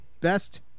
best